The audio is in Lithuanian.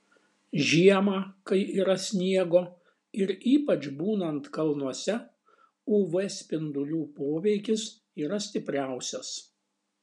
žiemą kai yra sniego ir ypač būnant kalnuose uv spindulių poveikis yra stipriausias